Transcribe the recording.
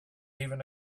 even